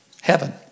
heaven